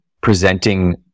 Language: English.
presenting